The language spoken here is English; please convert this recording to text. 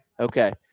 Okay